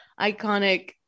iconic